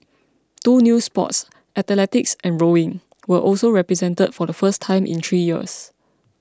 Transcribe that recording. two new sports athletics and rowing were also represented for the first time in three years